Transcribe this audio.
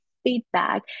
feedback